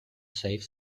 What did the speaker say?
save